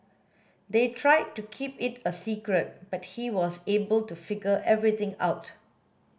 they tried to keep it a secret but he was able to figure everything out